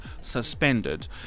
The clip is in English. suspended